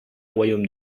royaumes